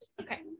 Okay